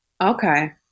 Okay